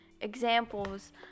Examples